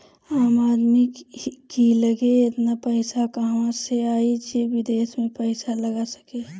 आम आदमी की लगे एतना पईसा कहवा से आई जे विदेश में पईसा लगा सके